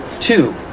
Two